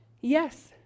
Yes